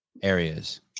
Areas